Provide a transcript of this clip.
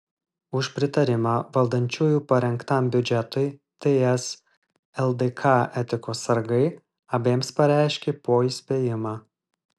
už pritarimą valdančiųjų parengtam biudžetui ts lkd etikos sargai abiem pareiškė po įspėjimą